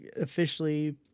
Officially